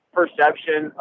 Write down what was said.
perception